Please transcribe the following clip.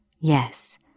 Yes